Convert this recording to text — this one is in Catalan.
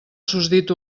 susdit